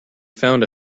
found